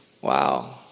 Wow